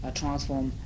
transform